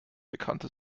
bekannte